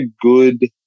good